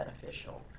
beneficial